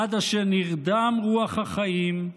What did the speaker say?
עד אשר נרדם רוח החיים,